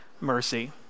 Mercy